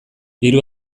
hiru